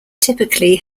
typically